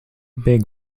big